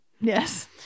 yes